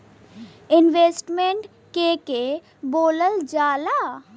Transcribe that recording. Investment के के बोलल जा ला?